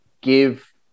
give